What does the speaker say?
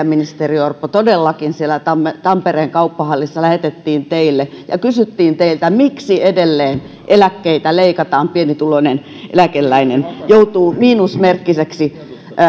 ministeri orpo todellakin sieltä tampereen kauppahallista lähetettiin teille ja siellä kysyttiin miksi edelleen eläkkeitä leikataan pienituloinen eläkeläinen joutuu miinusmerkkiseksi